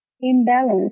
imbalance